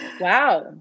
Wow